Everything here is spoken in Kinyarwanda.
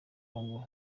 congo